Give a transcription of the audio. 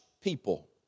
people